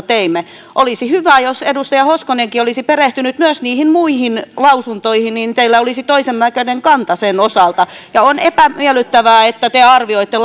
teimme olisi hyvä jos edustaja hoskonenkin olisi perehtynyt myös niihin muihin lausuntoihin teillä olisi toisennäköinen kanta sen osalta on epämiellyttävää että te arvioitte